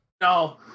No